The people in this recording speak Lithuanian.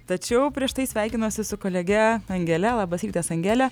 tačiau prieš tai sveikinuosi su kolege angele labas rytas angele